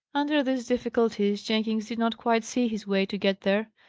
under these difficulties jenkins did not quite see his way to get there.